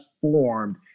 formed